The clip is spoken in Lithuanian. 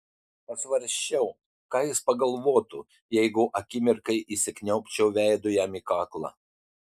pasvarsčiau ką jis pagalvotų jeigu akimirkai įsikniaubčiau veidu jam į kaklą